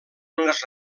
unes